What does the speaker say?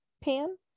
pan